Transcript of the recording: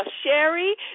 Sherry